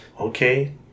Okay